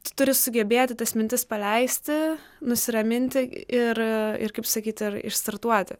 tu turi sugebėti tas mintis paleisti nusiraminti ir ir kaip sakyti ir išstartuoti